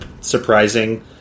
surprising